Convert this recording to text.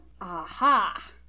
Aha